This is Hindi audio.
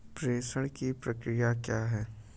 प्रेषण की प्रक्रिया क्या है?